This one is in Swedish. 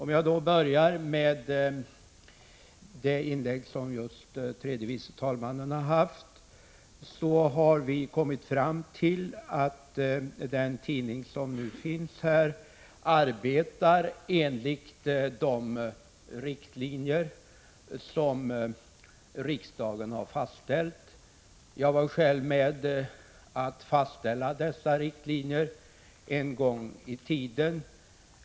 Med anledning av tredje vice talmannens inlägg vill jag påpeka att den tidning som nu finns arbetar enligt de riktlinjer som riksdagen har fastställt. Jag var själv med om att fastställa dessa riktlinjer en gång i tiden.